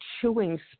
chewing